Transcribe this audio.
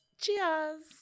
Cheers